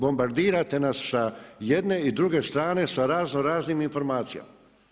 Bombardirate nas sa jedne i druge strane sa razno raznim informacijama.